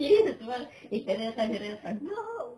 serious [pe] eh cheryl datang cheryl datang